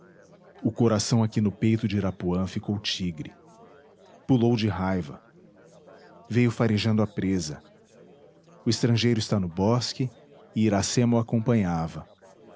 o coração aqui no peito de irapuã ficou tigre pulou de raiva veio farejando a presa o estrangeiro está no bosque e iracema o acompanhava